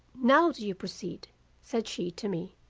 now do you proceed said she to me,